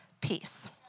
peace